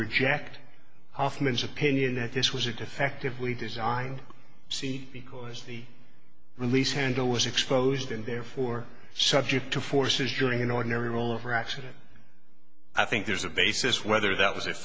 reject off man's opinion that this was a defective we design c because the release handle was exposed and therefore subject to forces during an ordinary rollover accident i think there's a basis whether that was